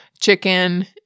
chicken